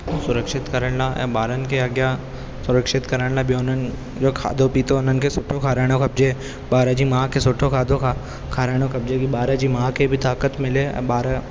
सुरक्षित करण लाइ ऐं ॿारनि खे अॻियां सुरक्षित करण लाइ बि उन्हनि खे खाधो पितो उन्हनि खे सुठो खाराइणो खपिजे ॿार जी माउ खे सुठो खाधो खा खाराइणो खपिजे कि ॿार जी माउ खे बि ताक़त मिले ऐं ॿारु